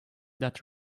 that